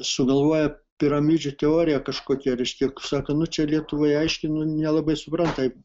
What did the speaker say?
sugalvoja piramidžių teoriją kažkokią reiškia sako nu čia lietuvoj aiškinu nelabai supranta